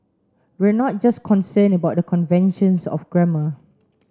we're not just concerned about the conventions of grammar